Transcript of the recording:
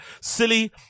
Silly